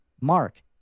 Mark